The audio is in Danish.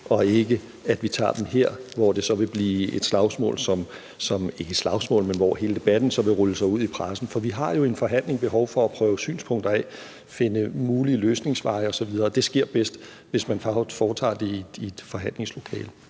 bedst, at vi tager dem i forhandlingslokalet, og at vi ikke tager dem her, hvor hele debatten så vil rulle sig ud i pressen. For vi har jo i en forhandling et behov for at prøve synspunkter af, finde mulige løsningsveje osv., og det sker bedst, hvis man foretager det i et forhandlingslokale.